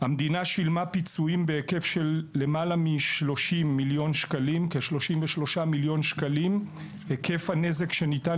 המדינה שילמה פיצויים בהיקף של כ-33 מיליון שקלים; היקף הנזק שניתן